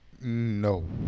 No